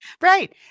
Right